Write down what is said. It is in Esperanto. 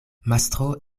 mastro